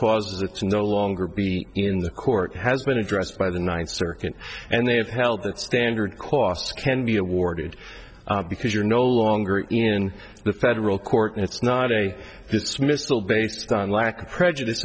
causes it's no longer be in the court has been addressed by the ninth circuit and they have held that standard costs can be awarded because you're no longer in the federal court and it's not a dismissal based on lack of prejudice